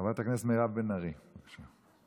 חברת הכנסת מירב בן ארי, בבקשה.